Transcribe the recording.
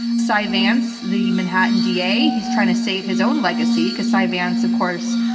cy vance, the manhattan da, he's trying to save his own legacy because cy vance, of course,